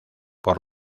por